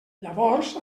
llavors